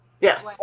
Yes